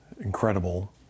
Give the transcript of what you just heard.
incredible